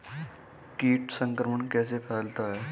कीट संक्रमण कैसे फैलता है?